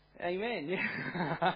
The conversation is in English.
Amen